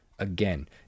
Again